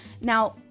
Now